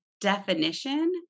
definition